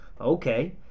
okay